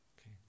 Okay